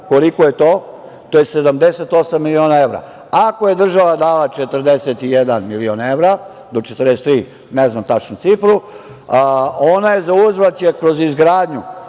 koliko je to, to je 78 miliona evra. Ako je država dala 41 milion evra do 43, ne znam tačno cifru, ona će zauzvrat kroz izgradnju